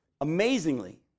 Amazingly